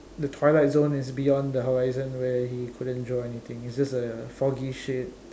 the twilight zone is beyond the horizon where he couldn't draw anything it's just a foggy shape